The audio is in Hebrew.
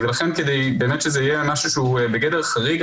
לכן כדי שזה יהיה באמת משהו שהוא בגדר חריג,